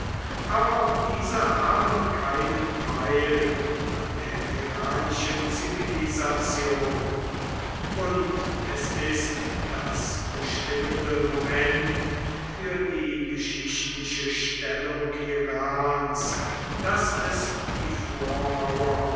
aber auch diese haben keinen teil an der iranischen zivilisation und es ist das bestimmende moment für die geschichtliche stellung irans daß es die vormauer